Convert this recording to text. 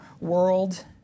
world